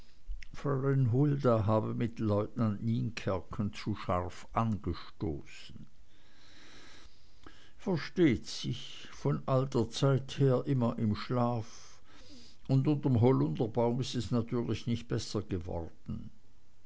habe mit leutnant nienkerken zu scharf angestoßen versteht sich von alter zeit her immer im schlaf und unterm holunderbaum ist es natürlich nicht besser geworden